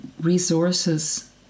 resources